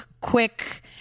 quick